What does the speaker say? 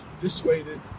dissuaded